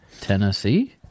Tennessee